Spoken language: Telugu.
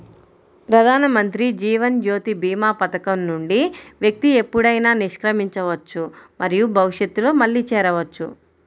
ప్రధానమంత్రి జీవన్ జ్యోతి భీమా పథకం నుండి వ్యక్తి ఎప్పుడైనా నిష్క్రమించవచ్చు మరియు భవిష్యత్తులో మళ్లీ చేరవచ్చు